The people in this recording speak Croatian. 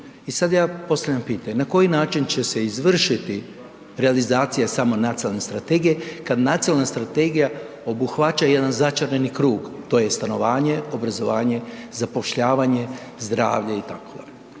I sad ja postavljam pitanje, na koji način će se izvršiti realizacija same nacionalne strategije kad nacionalna strategija obuhvaća jedan začarani krug, to je stanovanje, obrazovanje zapošljavanje, zdravlje itd.?